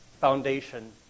foundation